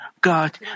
God